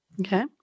Okay